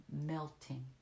melting